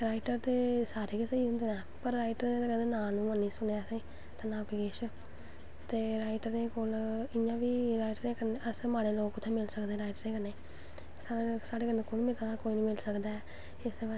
कपड़ा साढ़ा अच्छे टेल्लर नै सीनां चाही दा ऐ जियां तुस लाई लैओ कि हर जेह्ड़ा फैशन ऐ मतलव की इक थोह्ड़ा जा गलमां होंदा ऐ ओह्दा फैशन होंदा ऐ अज्ज ओह्दा फैशन ऐ मतलव हर चीज़ दा अलग अलग फैशन ऐ अपनें हिसाब नाल